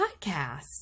Podcasts